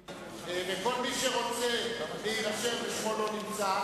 שיפתח אותו חבר הכנסת מוחמד ברכה,